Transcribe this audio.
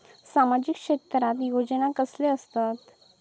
सामाजिक क्षेत्रात योजना कसले असतत?